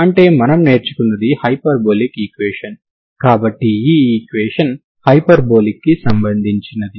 అంటే మనం నేర్చుకున్నది హైపర్బోలిక్ ఈక్వేషన్ కాబట్టి ఈ ఈక్వేషన్ హైపర్బోలిక్ కి సంబందించినది